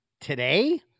Today